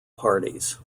parties